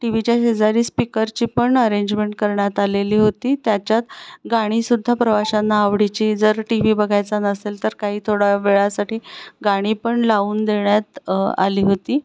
T व्हीच्या शेजारी स्पीकरची पण अरेंजमेंट करण्यात आलेली होती त्याच्यात गाणीसुद्धा प्रवाशांना आवडीची जर टी व्ही बघायचा नसेल तर काही थोड्या वेळासाठी गाणी पण लावून देण्यात आली होती